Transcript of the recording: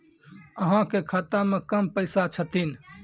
अहाँ के खाता मे कम पैसा छथिन?